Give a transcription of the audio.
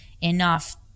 enough